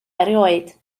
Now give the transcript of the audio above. erioed